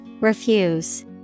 Refuse